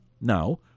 now